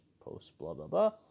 post-blah-blah-blah